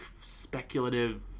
speculative